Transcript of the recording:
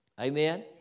Amen